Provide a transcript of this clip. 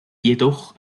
jedoch